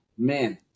Man